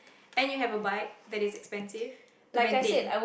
and you have a bike that is expensive to maintain